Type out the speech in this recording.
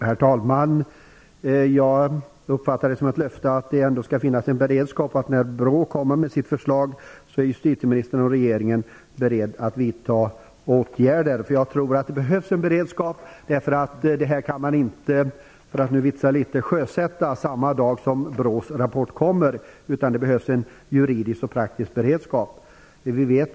Herr talman! Jag uppfattar det som ett löfte att det ändå skall finnas en beredskap från justitieministern att när BRÅ kommer med sitt förslag vidta åtgärder. Jag tror att det behövs en sådan beredskap. Man kan - för att vara litet vitsig - inte sjösätta detta samma dag som BRÅ:s rapport kommer, utan det behövs en juridisk och praktisk beredskap för detta.